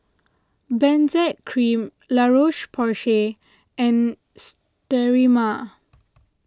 Benzac Cream La Roche Porsay and Sterimar